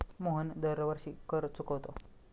मोहन दरवर्षी कर चुकवतो